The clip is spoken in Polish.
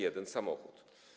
Jeden samochód.